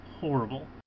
horrible